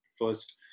first